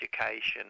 education